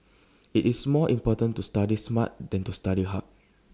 IT is more important to study smart than to study hard